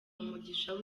umugisha